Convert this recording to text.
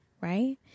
right